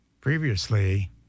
previously